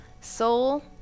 soul